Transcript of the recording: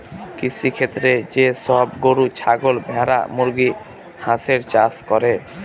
কৃষিক্ষেত্রে যে সব গরু, ছাগল, ভেড়া, মুরগি, হাঁসের চাষ করে